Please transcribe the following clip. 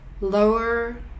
lower